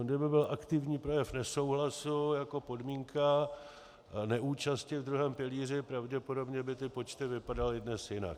On kdyby byl aktivní projev nesouhlasu jako podmínka neúčasti v druhém pilíři, pravděpodobně by ty počty vypadaly dnes jinak.